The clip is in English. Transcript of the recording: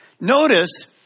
Notice